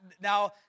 Now